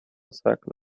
circle